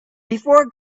before